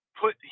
put